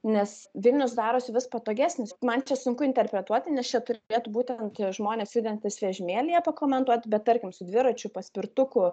nes vilnius darosi vis patogesnis man čia sunku interpretuoti nes čia turėtų būtent tie žmonės sėdintys vežimėlyje pakomentuoti bet tarkim su dviračiu paspirtuku